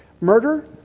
Murder